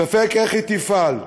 ספק איך היא תפעל.